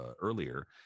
Earlier